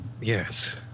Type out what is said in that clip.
Yes